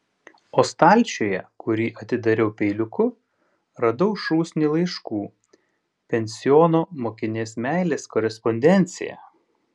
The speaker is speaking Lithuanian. o stalčiuje kurį atidariau peiliuku radau šūsnį laiškų pensiono mokinės meilės korespondenciją